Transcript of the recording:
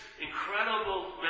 incredible